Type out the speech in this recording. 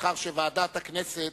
לאחר שוועדת הכנסת,